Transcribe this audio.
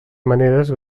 maneres